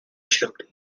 shrugged